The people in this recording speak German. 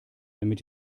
damit